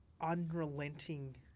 unrelenting